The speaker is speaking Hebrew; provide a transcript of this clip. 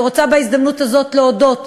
אני רוצה בהזדמנות הזאת להודות